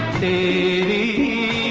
the